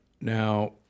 Now